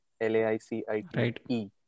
L-A-I-C-I-T-E